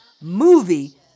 movie